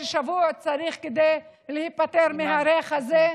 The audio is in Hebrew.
שצריך שבוע כדי להיפטר מהריח הזה.